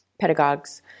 pedagogues